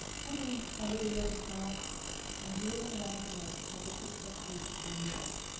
put in a little leather pouch and worn around the neck as a protective amulet.